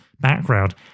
background